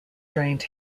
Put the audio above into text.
drained